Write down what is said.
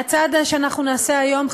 והצעד הזה שאנחנו נעשה היום,